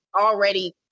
already